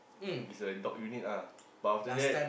is a dog unit ah but after that